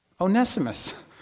Onesimus